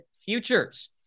futures